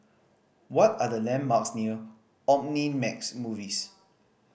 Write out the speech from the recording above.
what are the landmarks near Omnimax Movies